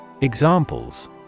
Examples